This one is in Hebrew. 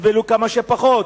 יסבלו כמה שפחות?